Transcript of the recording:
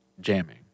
jamming